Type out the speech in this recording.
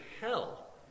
hell